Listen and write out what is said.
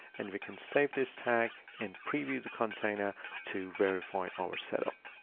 and we can save this tag in preview the container to verify our setup.